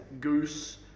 Goose